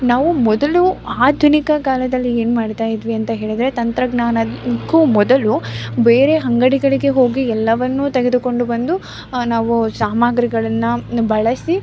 ನಾವು ಮೊದಲೂ ಆಧುನಿಕ ಕಾಲದಲ್ಲಿ ಏನು ಮಾಡ್ತಾಯಿದ್ವಿ ಅಂತ ಹೇಳಿದ್ರೆ ತಂತ್ರಜ್ಞಾನದಕ್ಕೂ ಮೊದಲು ಬೇರೆ ಅಂಗಡಿಗಳಿಗೆ ಹೋಗಿ ಎಲ್ಲವನ್ನೂ ತೆಗೆದುಕೊಂಡು ಬಂದು ನಾವು ಸಾಮಾಗ್ರಿಗಳನ್ನು ಬಳಸಿ